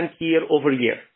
year-over-year